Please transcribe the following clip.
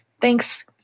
Thanks